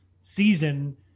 season